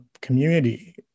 community